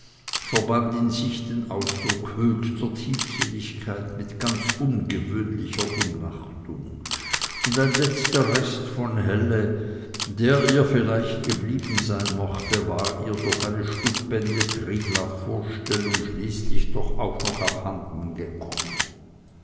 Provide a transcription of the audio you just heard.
in sich den ausdruck höchster tiefsinnigkeit mit ganz ungewöhnlicher umnachtung und ein letzter rest von helle der ihr vielleicht geblieben sein mochte war ihr durch eine stupende triglaffvorstellung schließlich doch auch noch abhanden gekommen